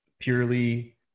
purely